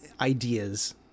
ideas